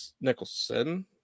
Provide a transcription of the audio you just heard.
Nicholson